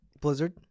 Blizzard